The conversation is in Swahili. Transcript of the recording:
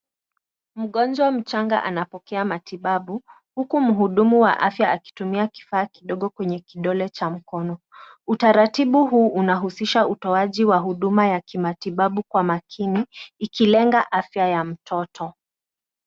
Mgonjwa mchanga anapokea matibabu, huku mhudumu wa afya akitumia kifaa kidogo kwenye kidole cha mkono. Utaratibu huu unahusisha utoaji wa huduma ya kimatibabu kwa uangalifu, ikilenga kulinda afya ya mtoto.